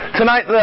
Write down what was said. tonight